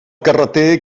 carreter